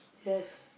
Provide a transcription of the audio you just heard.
yes